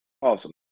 awesome